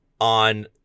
on